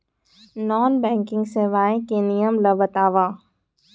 Non banking सेवाएं के नियम ला बतावव?